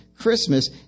Christmas